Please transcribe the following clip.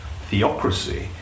theocracy